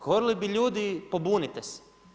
Govorili bi, ljudi pobunite se.